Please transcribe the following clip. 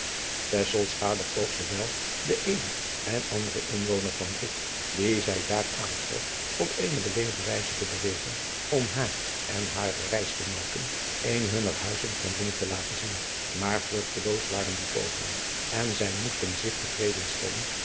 poogde wel den eenen en anderen inwoner van roek dien zij daar aantrof op eene beleefde wijze te bewegen om haar en hare reisgenooten een hunner huizen van binnen te laten zien maar vruchteloos waren die pogingen en zij moesten zich te vreden stellen